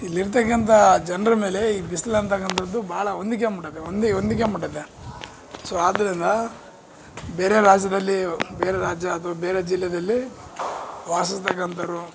ಇಲ್ಲಿರ್ತಕ್ಕಂಥ ಜನರ ಮೇಲೆ ಈ ಬಿಸ್ಲು ಅಂತಕ್ಕಂಥದ್ದು ಭಾಳ ಹೊಂದಿಕ್ಯಾಮ್ ಬಿಟ್ಟಾತೆ ಹೊಂದಿ ಹೊಂದಿಕ್ಯಾಮ್ ಬಿಟ್ಟಾತೆ ಸೊ ಆದ್ದರಿಂದ ಬೇರೆ ರಾಜ್ಯದಲ್ಲಿ ಬೇರೆ ರಾಜ್ಯ ಅಥ್ವಾ ಬೇರೆ ಜಿಲ್ಲೆಯಲ್ಲಿ ವಾಸಿಸ್ತಕ್ಕಂಥೋರು